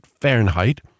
Fahrenheit